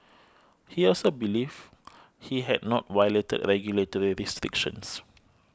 he also believed he had not violated regulatory restrictions